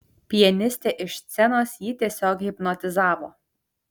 pianistė iš scenos jį tiesiog hipnotizavo